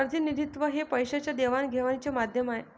प्रतिनिधित्व हे पैशाच्या देवाणघेवाणीचे माध्यम आहे